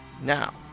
Now